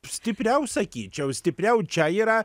stipriau sakyčiau stipriau čia yra